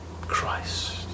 Christ